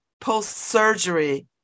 post-surgery